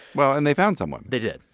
well, and they found someone they did.